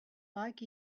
like